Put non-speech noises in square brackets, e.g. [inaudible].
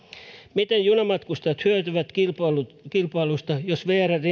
miten junamatkustajat hyötyvät kilpailusta jos vrn [unintelligible]